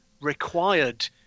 required